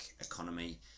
economy